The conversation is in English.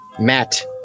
Matt